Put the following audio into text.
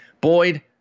Boyd